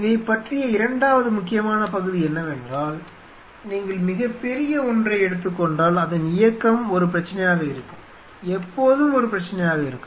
இதைப் பற்றிய இரண்டாவது முக்கியமான பகுதி என்னவென்றால் நீங்கள் மிகப் பெரிய ஒன்றை எடுத்துக் கொண்டால் அதன் இயக்கம் ஒரு பிரச்சினையாக இருக்கும் எப்போதும் ஒரு பிரச்சினையாக இருக்கும்